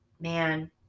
man